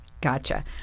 Gotcha